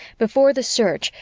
before the search,